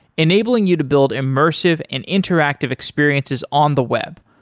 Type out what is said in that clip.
enabling you to build immersive and interactive experiences on the web,